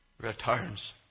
returns